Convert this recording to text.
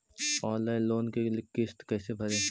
Online loan के किस्त कैसे भरे?